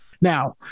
Now